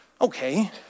okay